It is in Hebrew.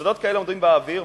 חשדות כאלה עומדים באוויר.